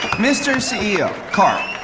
mr. ceo, carl.